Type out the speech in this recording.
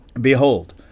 Behold